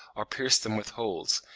or pierce them with holes,